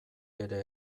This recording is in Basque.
ere